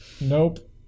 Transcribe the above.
Nope